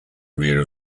rear